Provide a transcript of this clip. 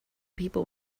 people